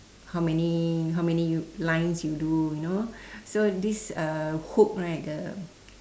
how many how many you lines you do you know so this uh hook right the